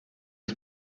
els